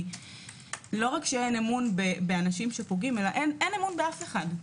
כי לא רק שאין אמון באנשים שפוגעים אלא אין אמון באף אחד.